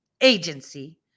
agency